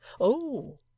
Oh